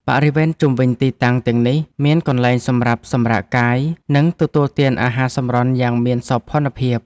បរិវេណជុំវិញទីតាំងទាំងនេះ មានកន្លែងសម្រាប់សម្រាកកាយ និងទទួលទានអាហារសម្រន់យ៉ាងមានសោភ័ណភាព។